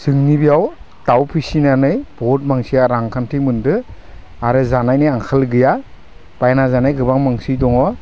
जोंनि बेयाव दाउ फिसिनानै बहुत मानसिया रांखान्थि मोन्दो आरो जानायनि आंखाल गैया बायना जानाय गोबां मानसि दङ